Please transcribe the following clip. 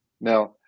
Now